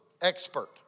expert